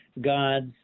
God's